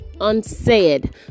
unsaid